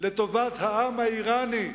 לטובת העם האירני,